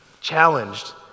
challenged